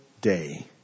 day